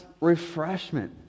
refreshment